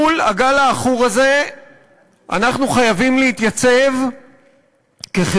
מול הגל העכור הזה אנחנו חייבים להתייצב כחברה.